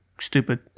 stupid